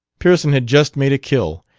pearson had just made a kill,